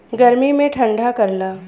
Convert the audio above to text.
गर्मी मे ठंडा करला